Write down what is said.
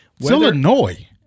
Illinois